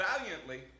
valiantly